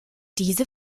diese